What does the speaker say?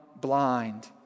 Blind